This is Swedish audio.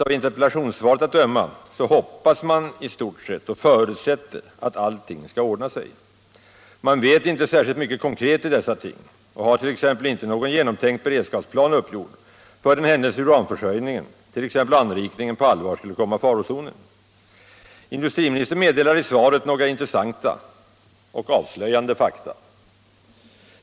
Av interpellationssvaret att döma så ”hoppas” man i stort sett och ”förutsätter” att allt skall ordna sig. Man vet icke särskilt mycket konkret i dessa ting och har t.ex. icke någon genomtänkt beredskapsplan uppgjord för den händelse uranförsörjningen, t.ex. anrikningen, på allvar skulle komma i farozonen. Industriministern meddelar i svaret några intressanta — och avslöjande —- fakta.